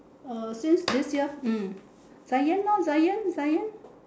uh since this year hmm zion ah zion zion